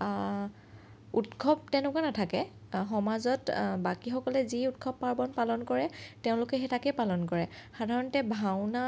উৎসৱ তেনেকুৱা নাথাকে সমাজত বাকীসকলে যি উৎসৱ পাৰ্বণ পালন কৰে তেওঁলোকে সেই একে উৎসৱ পালন কৰে সাধাৰণতে ভাওনা